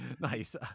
nice